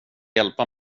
hjälpa